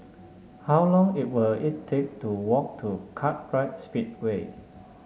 how long it will it take to walk to Kartright Speedway